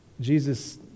Jesus